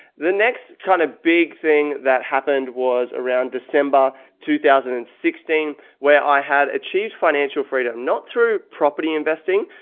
the next kind of big thing that happened was around december two thousand and sixteen where i had achieved financial freedom, not through property investing,